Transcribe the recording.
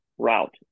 route